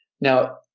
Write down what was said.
now